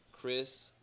Chris